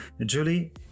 Julie